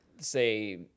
say